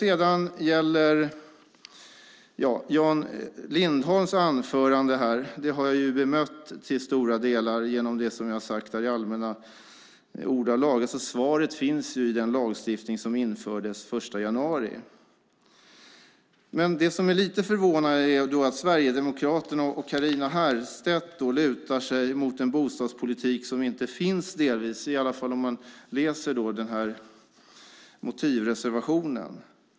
Jan Lindholms anförande har jag bemött till stora delar genom det jag har sagt i allmänna ordalag. Svaret finns i den lagstiftning som infördes den 1 januari. Det som är lite förvånande är att Sverigedemokraterna och Carina Herrstedt lutar sig mot en bostadspolitik som delvis inte finns, i varje fall om man läser motivreservationen.